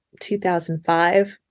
2005